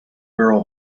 girl